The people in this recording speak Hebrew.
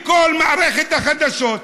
בכל מערכת החדשות,